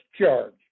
charge